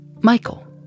Michael